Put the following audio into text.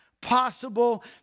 possible